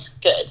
Good